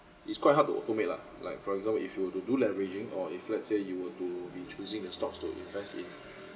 it's quite hard to automate lah like for example if you were to do leveraging or if let's say you were to be choosing a stocks to invest in